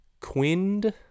Quind